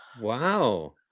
wow